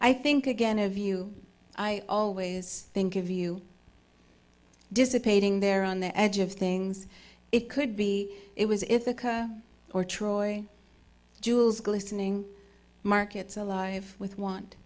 i think again of you i always think of you dissipating there on the edge of things it could be it was it or troy jules glistening markets alive with want